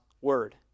word